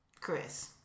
Chris